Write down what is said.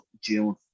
June